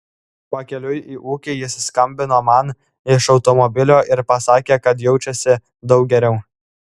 pakeliui į ūkį jis skambino man iš automobilio ir pasakė kad jaučiasi daug geriau